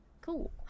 Cool